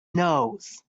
nose